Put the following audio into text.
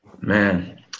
Man